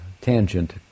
tangent